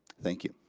thank you.